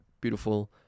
beautiful